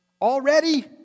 Already